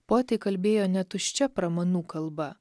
poetai kalbėjo ne tuščia pramanų kalba